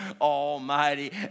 Almighty